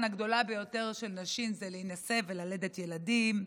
הגדולה ביותר של נשים זה להינשא וללדת ילדים,